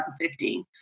2015